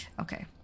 Okay